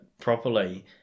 properly